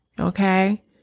okay